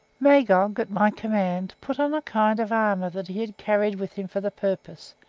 magog, at my command, put on a kind of armour that he had carried with him for the purpose,